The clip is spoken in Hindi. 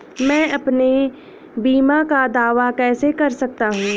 मैं अपने बीमा का दावा कैसे कर सकता हूँ?